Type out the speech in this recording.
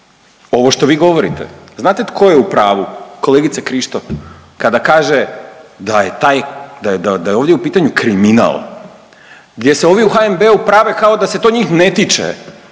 ovo što vi govorite, znate tko je u pravu, kolegica Krišto kada kaže da je taj, da je, da je ovdje u pitanju kriminal gdje se ovi u HNB-u prave kao da se to njih ne tiče.